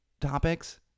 topics